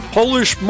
Polish